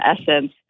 essence